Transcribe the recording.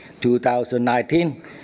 2019